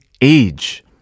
age